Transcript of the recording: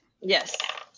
Yes